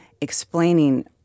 explaining